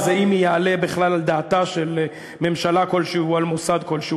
אני בטוח שגם חברי הכנסת חנין ואגבאריה,